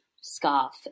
scarf